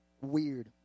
weird